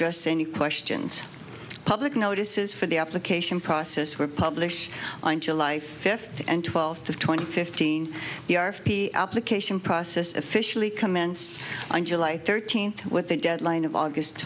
dress any questions public notices for the application process were published on july fifth and twelve twenty fifteen the r f p application process officially commenced on july thirteenth with the deadline of august